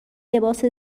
لباس